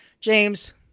James